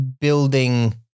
Building